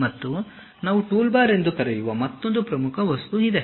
ಮತ್ತು ನಾವು ಟೂಲ್ಬಾರ್ ಎಂದು ಕರೆಯುವ ಮತ್ತೊಂದು ಪ್ರಮುಖ ವಸ್ತು ಇದೆ